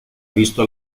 visto